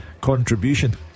contribution